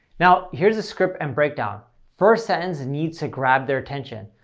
now, here's a script and breakdown. first sentence needs to grab their attention.